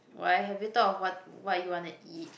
why have you thought of what what you want to eat